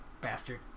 bastard